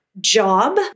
Job